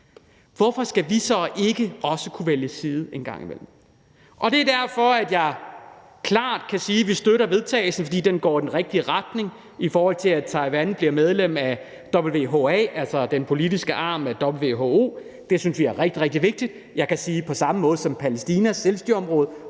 Hvorfor skal vi så ikke også kunne vælge side en gang imellem? Det er derfor, jeg klart kan sige, at vi støtter forslaget til vedtagelse. For det går i den rigtige retning, i forhold til Taiwan bliver medlem af WHA, altså den politiske arm af WHO. Det synes vi er rigtig, rigtig vigtigt. Jeg kan sige, at Palæstinas selvstyreområde